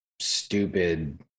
stupid